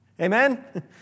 Amen